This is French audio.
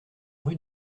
rue